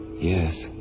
Yes